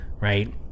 right